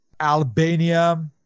Albania